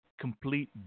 Complete